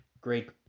great